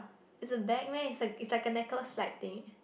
it's a bag meh it's like it's like a necklace slide thing eh